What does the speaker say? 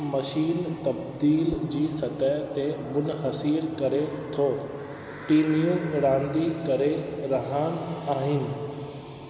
machine तब्दीलु जी सतह ते मुनहसिर करे थो टीमूं रांदि करे रहिया आहिनि